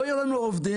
לא יהיו לנו עובדים.